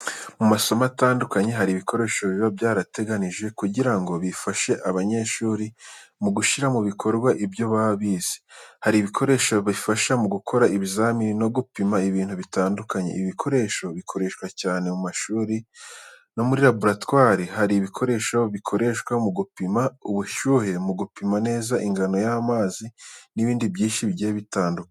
Mu masomo atandukanye hari ibikoresho biba byarateganijwe kugira ngo bifashe abanyeshuri mu gushyira mu bikorwa ibyo baba bize. Hari ibikoresho bifasha mu gukora ibizamini, no gupima ibintu bitandukanye. Ibi bikoresho bikoreshwa cyane mu mashuri no muri laboratwari. Hari ibikoresho bikoreshwa mu gupima ubushyuhe, gupima neza ingano y'amazi n'ibindi byinshi bigiye bitandukanye.